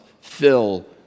fill